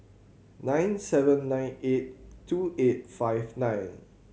nine seven nine eight two eight five nine